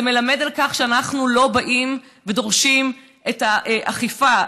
זה מלמד שאנחנו לא באים ודורשים את האכיפה,